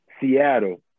Seattle